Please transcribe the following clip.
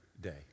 day